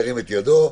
מי נגד?